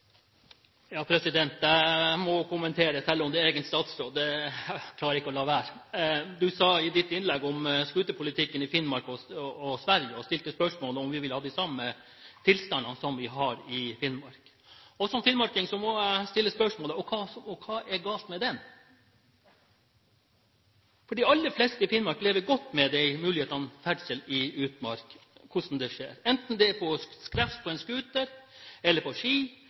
egen statsråd. Jeg klarer ikke å la være! Du snakket i ditt innlegg om scooterpolitikken i Finnmark og Sverige, og stilte spørsmål om vi ville ha de samme tilstandene som vi har i Finnmark. Som finnmarking må jeg stille spørsmålet: Hva er galt med det? De aller fleste i Finnmark lever godt med de mulighetene som ferdsel i utmark gir, og hvordan det skjer, enten det er over skrevs på en scooter, på ski,